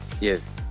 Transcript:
Yes